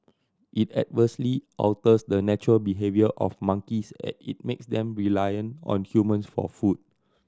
it adversely alters the natural behaviour of monkeys as it makes them reliant on humans for food